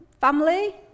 family